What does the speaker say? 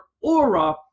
aura